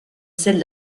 celle